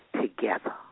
together